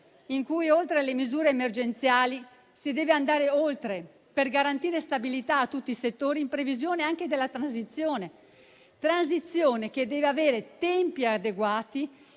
andare oltre le misure emergenziali, per garantire stabilità a tutti i settori in previsione anche della transizione. Una transizione che deve avere tempi adeguati